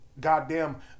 goddamn